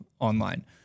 online